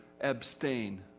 abstain